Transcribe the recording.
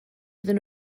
iddyn